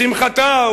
לשמחתה,